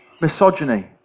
misogyny